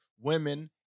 women